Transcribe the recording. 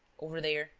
over there,